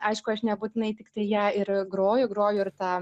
aišku aš nebūtinai tiktai ją ir groju groju ir tą